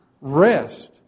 rest